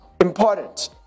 important